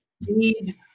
need